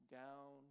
down